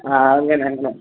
ആ അങ്ങനെ അങ്ങനെ